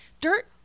dirt